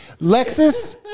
Lexus